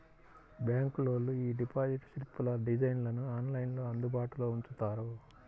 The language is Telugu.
బ్యాంకులోళ్ళు యీ డిపాజిట్ స్లిప్పుల డిజైన్లను ఆన్లైన్లో అందుబాటులో ఉంచుతారు